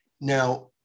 now